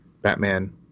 Batman